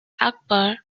akbar